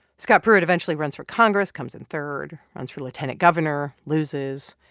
scott pruitt eventually runs for congress, comes in third, runs for lieutenant governor, loses.